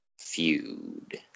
feud